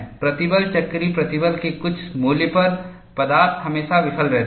प्रतिबल चक्रीय प्रतिबल के कुछ मूल्य पर पदार्थ हमेशा विफल रहती है